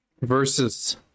verses